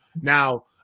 Now